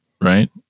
right